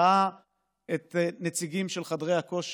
ראה נציגים של חדרי הכושר,